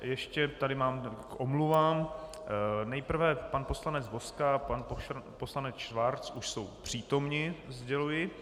Ještě tady mám k omluvám: nejprve pan poslanec Vozka a pan poslanec Schwarz už jsou přítomni, sděluji.